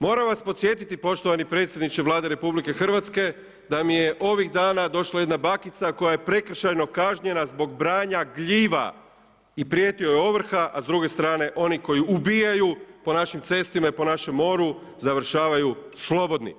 Moram vas podsjetiti poštovani predsjedniče Vlade RH, da mi je ovih dana došla jedna bakica koja je prekršajno kažnjena zbog branja gljiva i prijeti joj ovrha a s druge strane, oni koji ubijaju po našim cestama i po našem more, završavaju slobodni.